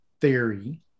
theory